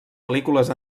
pel·lícules